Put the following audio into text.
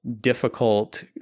difficult